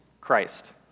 Christ